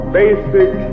basic